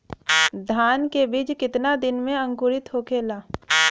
धान के बिज कितना दिन में अंकुरित होखेला?